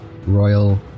royal